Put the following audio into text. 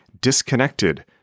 disconnected